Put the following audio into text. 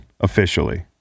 officially